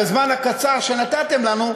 בזמן הקצר שנתתם לנו,